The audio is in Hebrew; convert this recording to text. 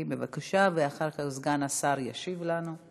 אחר כך סגן השר ישיב לנו.